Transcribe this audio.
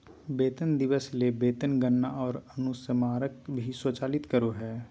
वेतन दिवस ले वेतन गणना आर अनुस्मारक भी स्वचालित करो हइ